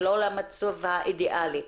ולא למסלול האידיאלי,